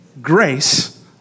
grace